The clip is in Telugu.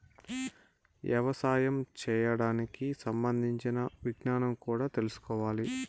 యవసాయం చేయడానికి సంబంధించిన విజ్ఞానం కూడా తెల్సుకోవాలి